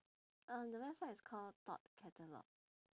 uh the website is called thought catalogue